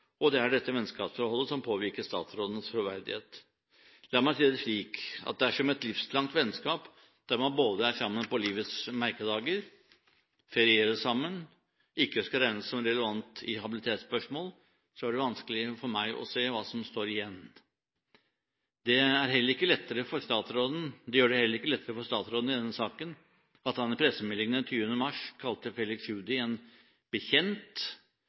og det er dette vennskapsforholdet som påvirker statsrådens troverdighet. La meg si det slik: Dersom et livslangt vennskap der man både er sammen på livets merkedager og ferierer sammen, ikke skal regnes som relevant i habilitetsspørsmål, er det vanskelig for meg å se hva som står igjen. Det gjør det heller ikke lettere for statsråden i denne saken at han i pressemeldingen den 20. mars kalte Felix Tschudi en